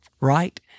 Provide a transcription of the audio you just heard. right